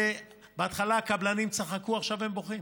בהתחלה הקבלנים צחקו, עכשיו הם בוכים.